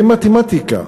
זה מתמטיקה,